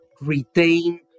retain